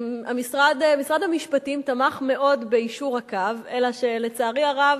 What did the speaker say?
משרד המשפטים תמך מאוד ביישור הקו, אלא שלצערי הרב